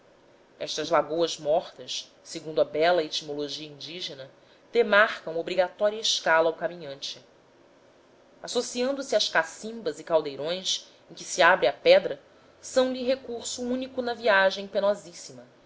estas lagoas mortas segundo a bela etimologia indígena demarcam obrigatória escala ao caminhante associando-se às cacimbas e caldeirões em que se abre a pedra são lhe recurso único na viagem